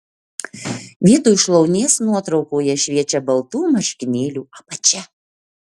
vietoj šlaunies nuotraukoje šviečia baltų marškinėlių apačia